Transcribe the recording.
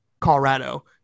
Colorado